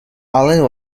allen